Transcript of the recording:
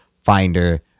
finder